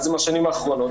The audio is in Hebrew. זה מהשנים האחרונות.